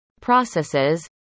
processes